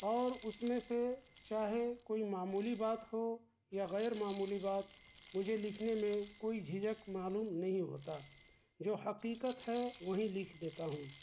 اور اس میں سے چاہے کوئی معمولی بات ہو یا غیرمعمولی بات مجھے لکھنے میں کوئی جھجھک معلوم نہیں ہوتا جو حقیقت ہے وہی لکھ دیتا ہوں